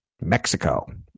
Mexico